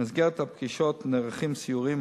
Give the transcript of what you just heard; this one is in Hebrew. במסגרת הפגישות נערכים סיורים,